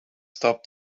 stop